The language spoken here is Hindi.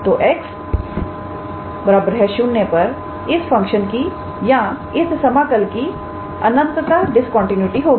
तो 𝑥 0 पर इस फंक्शन की या इस समाकल की अनंतता डिस्कंटीन्यूटी होगी